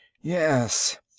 Yes